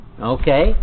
okay